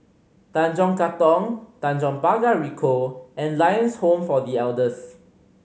Tanjong Katong Tanjong Pagar Ricoh and Lions Home for The Elders